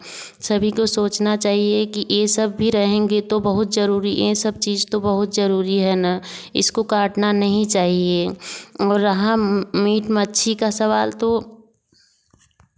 सभी को सोचना चाहिए कि यह सब भी रहेंगे तो बहुत ज़रूरी इन सब चीज़ तो बहुत ज़रूरी है ना इसको काटना नहीं चाहिए और रहा मीट मछली का सवाल तो